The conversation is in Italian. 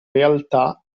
realtà